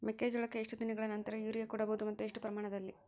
ಮೆಕ್ಕೆಜೋಳಕ್ಕೆ ಎಷ್ಟು ದಿನಗಳ ನಂತರ ಯೂರಿಯಾ ಕೊಡಬಹುದು ಮತ್ತು ಎಷ್ಟು ಪ್ರಮಾಣದಲ್ಲಿ?